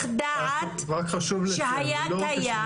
דעת שהיה קיים --- רק חשוב לציין,